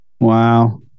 Wow